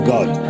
God